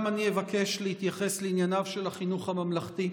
גם אני אבקש להתייחס לענייניו של החינוך הממלכתי.